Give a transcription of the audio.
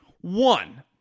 One